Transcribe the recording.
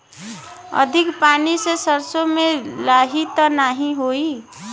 अधिक पानी से सरसो मे लाही त नाही होई?